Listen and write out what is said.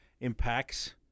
impacts